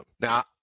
Now